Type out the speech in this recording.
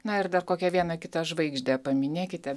na ir dar kokią vieną kitą žvaigždę paminėkite